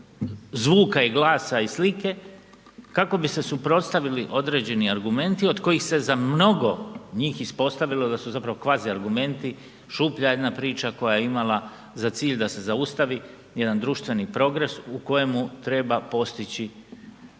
zvuka i glasa i slike kako bi se suprotstavili određeni argumenti od kojih se za mnogo njih ispostavilo da su zapravo kvazi argumenti, šuplja jedna priča koja je imala za cilj da se zaustavi jedan društveni progres u kojemu treba postići